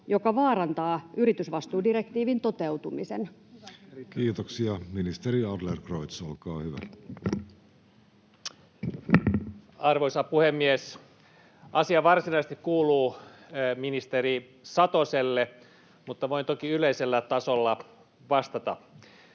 Onhan siinä ristiriita!] Kiitoksia. — Ministeri Adlercreutz, olkaa hyvä. Arvoisa puhemies! Asia varsinaisesti kuuluu ministeri Satoselle, mutta voin toki yleisellä tasolla vastata.